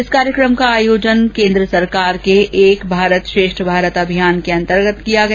इस कार्यक्रम का आयोजन केन्द्र सरकार के एक भारत श्रेष्ठ भारत अभियान के अंतर्गत किया गया